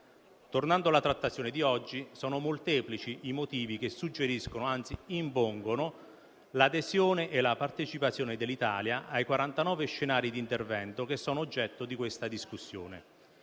Tornando alla trattazione di oggi, sono molteplici i motivi che suggeriscono, anzi impongono, l'adesione e la partecipazione dell'Italia ai 49 scenari di intervento che sono oggetto di questa discussione: